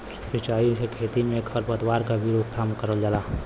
सिंचाई से खेती में खर पतवार क भी रोकथाम करल जाला